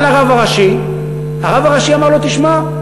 בא לרב הראשי, הרב הראשי אמר לו: תשמע,